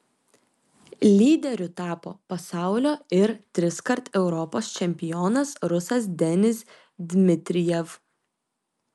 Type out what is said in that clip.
lyderiu tapo pasaulio ir triskart europos čempionas rusas denis dmitrijev